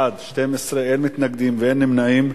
בעד, 12, אין מתנגדים ואין נמנעים.